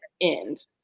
end